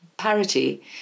parity